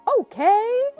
Okay